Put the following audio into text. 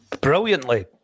Brilliantly